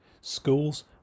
Schools